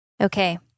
okay